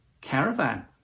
caravan